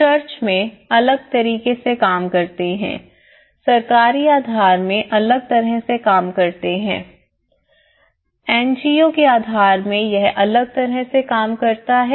church में अलग तरीके से काम करते हैं सरकारी आधार में अलग तरह से काम करते हैं ए एन जी ओ के आधार में यह अलग तरह से काम करता है